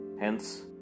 Hence